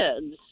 kids